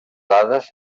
dades